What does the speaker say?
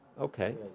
Okay